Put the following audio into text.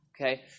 Okay